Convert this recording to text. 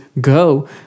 go